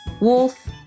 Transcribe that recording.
Wolf